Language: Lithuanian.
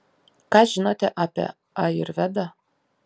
ką žinote apie ajurvedą